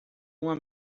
uma